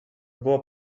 było